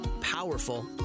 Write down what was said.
powerful